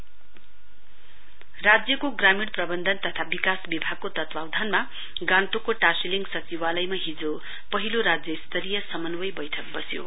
जल शक्ति अभियान राज्यको ग्रामीण प्रबन्धन तथा विकास विभागको तत्वावधानमा गान्तोकको टाशीलिङ सचिवालयमा हिजो पहिलो राज्य स्तरीय समन्वय बैठक हिजो बस्यो